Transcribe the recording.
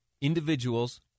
individuals